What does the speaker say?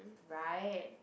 right